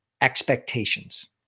expectations